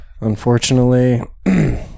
Unfortunately